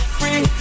free